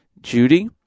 Judy